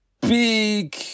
big